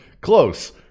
close